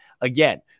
Again